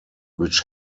which